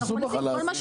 תעשו את זה בחלב,